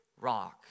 rock